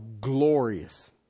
glorious